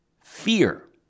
fear